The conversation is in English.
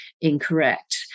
incorrect